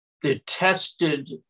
detested